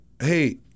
hey